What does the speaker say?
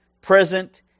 present